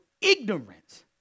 Ignorance